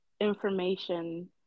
information